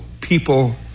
people